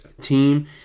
team